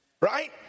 right